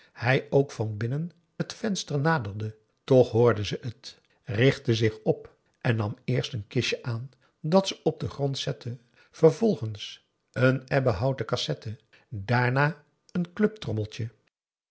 hij ook van binnen het venster naderde toch hoorde ze het richtte zich op en nam eerst een kistje aan dat ze op den grond zette vervolgens een ebbenhouten cassette daarna een